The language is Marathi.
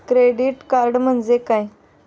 क्रेडिट कार्ड म्हणजे काय?